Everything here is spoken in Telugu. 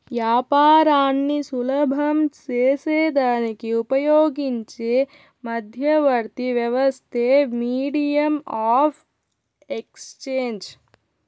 యాపారాన్ని సులభం సేసేదానికి ఉపయోగించే మధ్యవర్తి వ్యవస్థే మీడియం ఆఫ్ ఎక్స్చేంజ్